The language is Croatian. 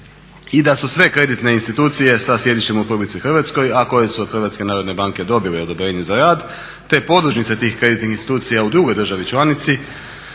i da su sve kreditne institucije sa sjedištem u RH, a koje su od HNB-a dobile odobrenje za rad, te podružnice tih kreditnih institucija u drugoj državi članici